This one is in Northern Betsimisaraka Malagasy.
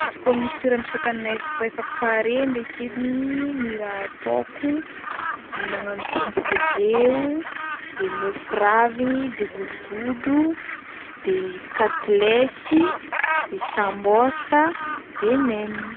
Izy koa misy toeram-pisankagnina ef- efa pare ndraiky ediny ny raha ataoko magnano kompoze o, de mofo ravingny, de godrogodro de katilesy de sambôsa de nem.